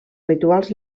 rituals